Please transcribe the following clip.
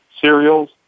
cereals